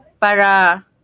Para